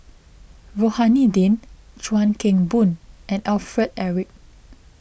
Rohani Din Chuan Keng Boon and Alfred Eric